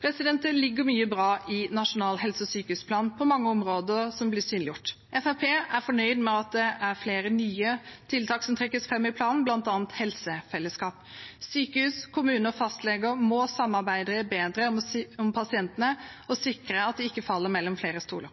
Det ligger mye bra i Nasjonal helse- og sykehusplan på mange områder som blir synliggjort. Fremskrittspartiet er fornøyd med at det er flere nye tiltak som trekkes fram i planen, bl.a. helsefellesskap. Sykehus, kommuner og fastleger må samarbeide bedre om pasientene og sikre at de ikke faller mellom flere stoler.